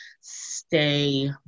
Stay